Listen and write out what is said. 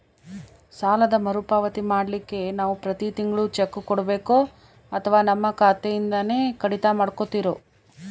ಸಾಲದ ಮರುಪಾವತಿ ಮಾಡ್ಲಿಕ್ಕೆ ನಾವು ಪ್ರತಿ ತಿಂಗಳು ಚೆಕ್ಕು ಕೊಡಬೇಕೋ ಅಥವಾ ನಮ್ಮ ಖಾತೆಯಿಂದನೆ ಕಡಿತ ಮಾಡ್ಕೊತಿರೋ?